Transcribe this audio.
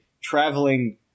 traveling